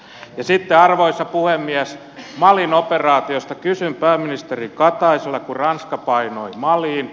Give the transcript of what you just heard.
ja sitten arvoisa puhemies kysyn pääministeri kataiselta malin operaatiosta kun ranska painui maliin